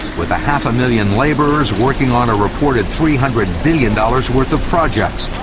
with half a million labourers working on a reported three hundred billion dollars worth of projects,